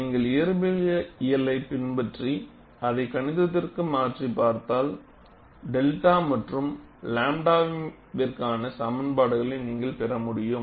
நீங்கள் இயற்பியலைப் பின்பற்றி அதை கணிதத்திற்கு மாற்றிப் பார்த்தால் 𝚫 மற்றும் 𝝺விற்கான சமன்பாடுகளை நீங்கள் பெற முடியும்